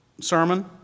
sermon